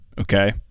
Okay